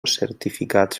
certificats